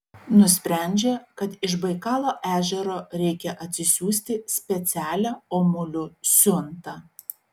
nusprendžia kad iš baikalo ežero reikia atsisiųsti specialią omulių siuntą